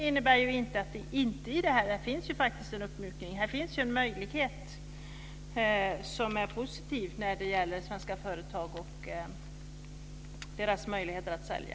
Här finns faktiskt en uppmjukning, för det ger ju svenska företag en positiv möjlighet att sälja.